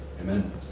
Amen